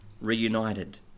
reunited